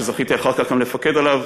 שזכיתי אחר כך גם לפקד עליו,